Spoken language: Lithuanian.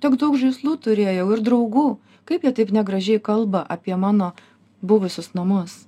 tiek daug žaislų turėjau ir draugų kaip jie taip negražiai kalba apie mano buvusius namus